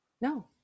No